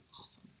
awesome